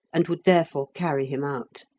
and would therefore carry him out.